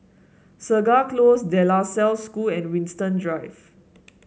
Segar Close De La Salle School and Winstedt Drive